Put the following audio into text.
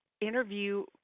Interview